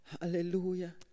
Hallelujah